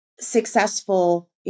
successful